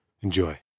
Enjoy